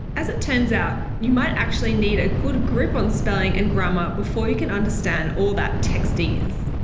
as it turns out, you might actually need a good grip on spelling and grammar before you can understand all that textese.